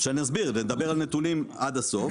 נדבר על הנתונים עד הסוף.